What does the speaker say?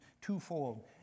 Twofold